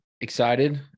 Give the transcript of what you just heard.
Excited